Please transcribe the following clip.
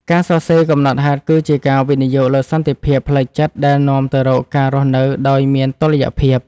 ការសរសេរកំណត់ហេតុគឺជាការវិនិយោគលើសន្តិភាពផ្លូវចិត្តដែលនាំទៅរកការរស់នៅដោយមានតុល្យភាព។